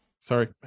Sorry